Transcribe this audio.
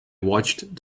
watched